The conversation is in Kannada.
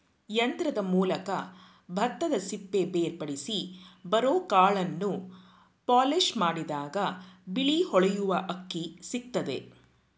ಯಂತ್ರದ ಮೂಲಕ ಭತ್ತದಸಿಪ್ಪೆ ಬೇರ್ಪಡಿಸಿ ಬರೋಕಾಳನ್ನು ಪಾಲಿಷ್ಮಾಡಿದಾಗ ಬಿಳಿ ಹೊಳೆಯುವ ಅಕ್ಕಿ ಸಿಕ್ತದೆ